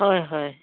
হয় হয়